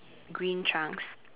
green trunks